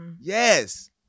Yes